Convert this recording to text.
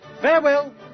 Farewell